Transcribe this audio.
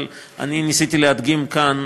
אבל אני ניסיתי להדגים כאן,